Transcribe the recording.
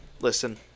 listen